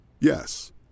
Yes